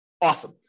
Awesome